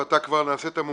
אתה כבר נעשית מומחה.